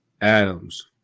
Adams